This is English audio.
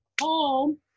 home